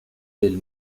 del